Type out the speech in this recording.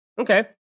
okay